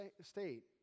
state